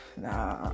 nah